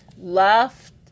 left